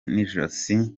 n’ijosi